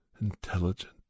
intelligent